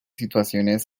situaciones